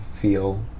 feel